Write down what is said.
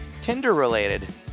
Tinder-related